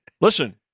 Listen